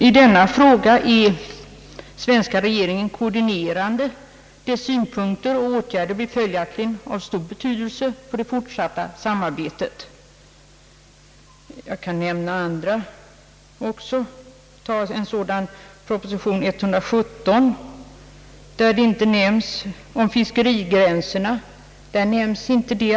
I denna fråga är den svenska regeringen koordinerande, dess synpunkter och åtgärder blir följaktligen av stor betydelse för det fortsatta samarbetet. Jag kan också nämnda andra, exempelvis pro position nr 117, där det inte talas om fiskerigränserna.